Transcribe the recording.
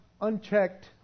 unchecked